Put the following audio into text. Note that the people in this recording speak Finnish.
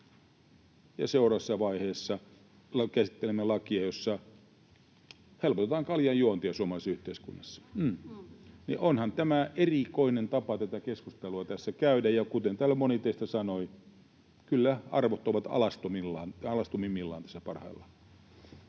seuraavassa vaiheessa käsittelemme lakia, jossa helpotetaan kaljanjuontia suomalaisessa yhteiskunnassa. Onhan tämä erikoinen tapa tätä keskustelua tässä käydä, ja kuten täällä moni teistä sanoi: kyllä arvot ovat alastomimmillaan tässä parhaillaan.